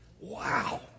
Wow